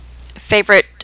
favorite